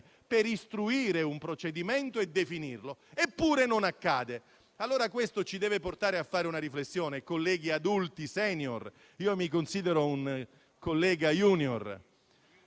per istruire un procedimento e definirlo. Eppure non accade. Questo ci deve portare a fare una riflessione, colleghi adulti *senior* (io mi considero un collega *junior*